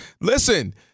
Listen